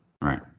Right